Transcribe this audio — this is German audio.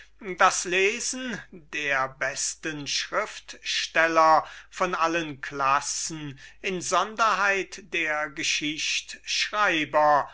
das lesen der besten schriftsteller von allen klassen insonderheit der geschichtschreiber